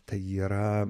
tai yra